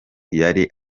yari